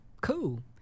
cool